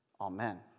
Amen